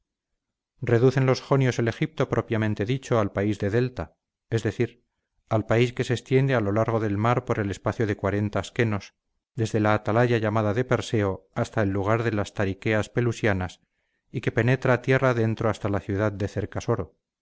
reducen los jonios el egipto propiamente dicho al país de delta es decir al país que se extiende a lo largo del mar por el espacio de cuarenta schenos desde la atalaya llamada de perseo hasta el lugar de las taricheas pelusianas y que penetra tierra adentro hasta la ciudad de